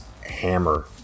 hammer